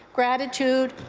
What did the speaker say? gratitude,